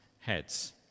heads